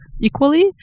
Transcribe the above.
equally